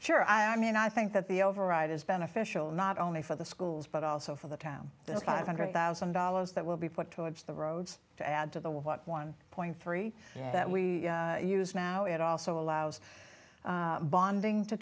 sure i mean i think that the override is beneficial not only for the schools but also for the town the five hundred thousand dollars that will be put towards the roads to add to the what one point three that we use now it also allows bonding to